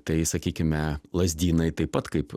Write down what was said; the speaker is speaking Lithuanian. tai sakykime lazdynai taip pat kaip